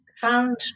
found